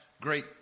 great